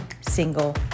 single